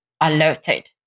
alerted